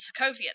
Sokovian